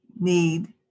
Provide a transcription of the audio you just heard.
need